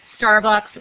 Starbucks